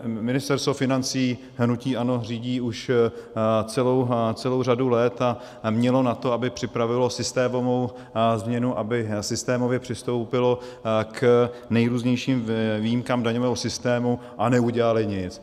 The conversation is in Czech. Ministerstvo financí hnutí ANO řídí už celou řadu let a mělo na to, aby připravilo systémovou změnu, aby systémově přistoupilo k nejrůznějším výjimkám daňového systému, a neudělali nic.